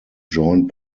joined